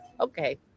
Okay